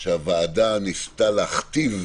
שהוועדה ניסתה להכתיב